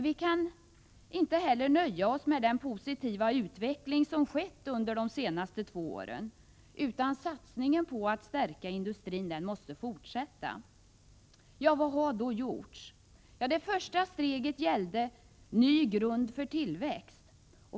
Vi kan inte heller nöja oss med den positiva utveckling som har skett under de två senaste åren, utan satsningen på att stärka industrin måste fortsätta. Vad har då gjorts? Det första steget gäller ”ny grund för tillväxt”.